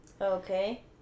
Okay